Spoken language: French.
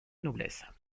noblesse